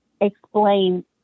explain